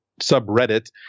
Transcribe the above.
subreddit